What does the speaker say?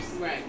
right